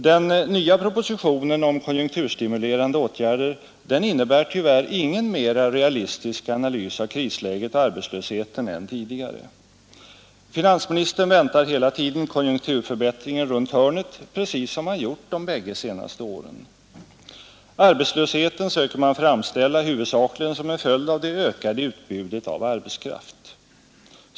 Den nya propositionen om konjunkturstimulerande åtgärder innebär tyvärr ingen mer realistisk analys av krisläget och arbetslösheten än tidigare. Finansministern väntar hela tiden konjunkturförbättringen runt hörnet, precis som han gjort de båda senaste åren. Arbetslösheten söker han framställa huvudsakligen som en följd av det ökade utbudet av arbetskraft.